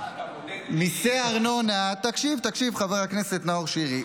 מה, אתה --- תקשיב, תקשיב, חבר הכנסת נאור שירי.